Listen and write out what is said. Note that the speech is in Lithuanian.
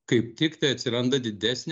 kaip tik tai atsiranda didesnė